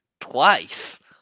twice